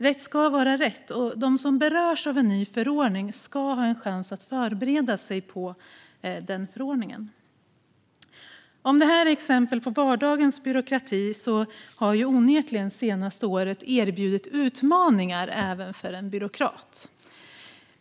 Rätt ska vara rätt; de som berörs av en ny förordning ska ha en chans att förbereda sig. Om det här är exempel på vardagens byråkrati, har onekligen det senaste året bjudit på utmaningar även för en byråkrat.